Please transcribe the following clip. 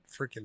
freaking